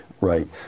right